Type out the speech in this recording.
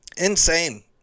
insane